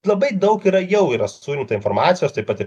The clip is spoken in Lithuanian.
labai daug yra jau yra surinkta informacijos taip pat ir